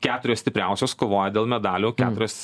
keturios stipriausios kovoja dėl medalių keturios